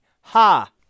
ha